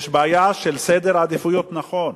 יש בעיה של סדר עדיפויות נכון.